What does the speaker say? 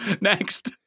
Next